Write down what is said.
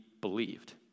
believed